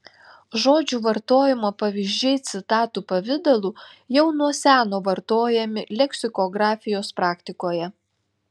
žodžių vartojimo pavyzdžiai citatų pavidalu jau nuo seno vartojami leksikografijos praktikoje